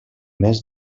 més